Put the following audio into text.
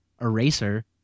eraser